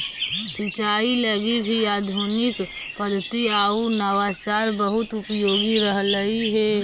सिंचाई लगी भी आधुनिक पद्धति आउ नवाचार बहुत उपयोगी रहलई हे